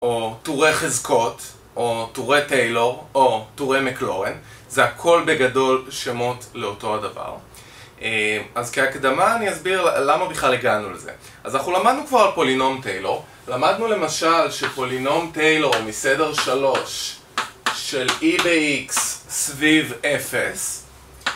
או תורי חזקות, או תורי טיילור, או תורי מקלורן, זה הכל בגדול שמות לאותו הדבר. אז כהקדמה אני אסביר למה בכלל הגענו לזה. אז אנחנו למדנו כבר על פולינום טיילור, למדנו למשל שפולינום טיילור מסדר שלוש של E ב-X סביב אפס,